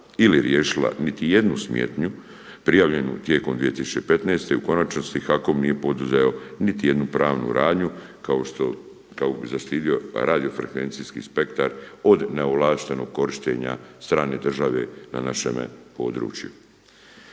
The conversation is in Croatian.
ili riješila niti jednu smetnju prijavljenu tijekom 2015. u konačnici HAKOM nije poduzeo niti jednu pravnu radnju kao što, kao i zaštitio radiofrekvencijski spektar od neovlaštenog korištenja strane države na našemu području.